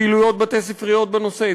פעילויות בית-ספריות בנושא.